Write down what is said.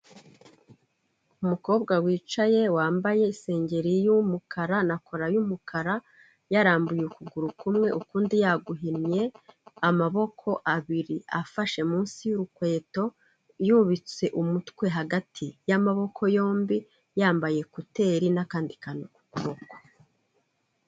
Umukobwa wicaye, wambaye isengeri y'umukara na kora y'umukara, yarambuye ukuguru kumwe, ukundi yaguhinnye, amaboko abiri afashe munsi y'urukweto, yubitse umutwe hagati y'amaboko yombi, yambaye ekuteri n'akandi kantu kiu kuboko.